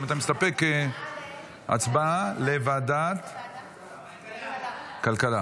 הצבעה על ועדת כלכלה.